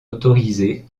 autorisés